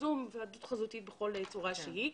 זום זו היוועדות חזותית בכל צורה שהיא.